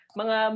mga